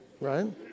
right